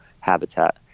habitat